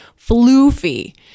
Floofy